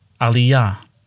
Aliyah